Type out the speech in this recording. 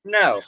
no